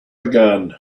began